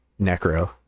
Necro